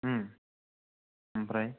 उम आमफ्राय